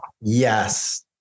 Yes